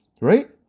right